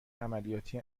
عملیاتی